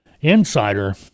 Insider